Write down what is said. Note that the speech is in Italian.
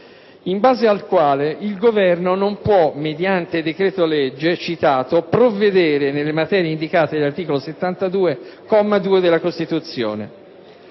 in base al quale il Governo non può mediante decreto-legge "provvedere nelle materie indicate nell'articolo 72, comma 2, della Costituzione".